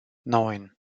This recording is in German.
neun